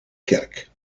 kerk